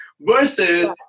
versus